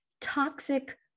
toxic